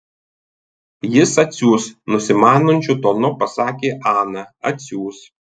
jis atsiųs nusimanančiu tonu pasakė ana atsiųs